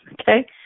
Okay